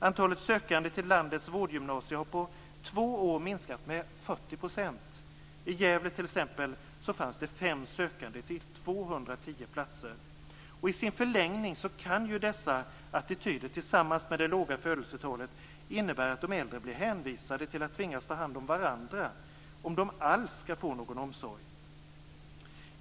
Antalet sökande till landets vårdgymnasier har på två år minskat med 40 %. I t.ex. Gävle fanns fem sökande till 210 platser. I sin förlängning kan dessa attityder tillsammans med de låga födelsetalen innebära att de äldre blir hänvisade till att tvingas ta hand om varandra - om de alls skall få någon omsorg.